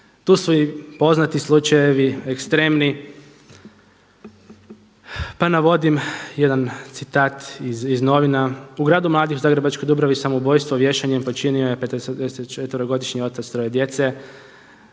tu su i poznati slučajevi ekstremni. Pa navodim jedan citat iz novina „U Gradu Mladih u Zagrebačkoj dubravi samoubojstvo vješanjem počinio je 54 otac troje djece